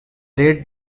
led